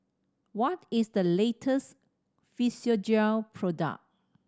what is the latest Physiogel product